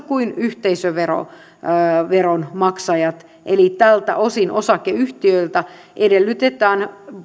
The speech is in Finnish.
kuin yhteisöveronmaksajat eli tältä osin osakeyhtiöiltä edellytetään